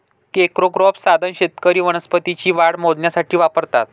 crescograph साधन शेतकरी वनस्पतींची वाढ मोजण्यासाठी वापरतात